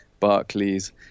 Barclays